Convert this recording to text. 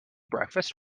breakfast